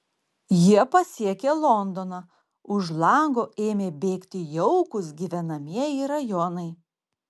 jie pasiekė londoną už lango ėmė bėgti jaukūs gyvenamieji rajonai